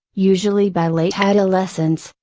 usually by late adolescence,